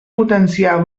potenciar